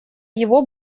его